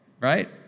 right